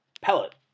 pellet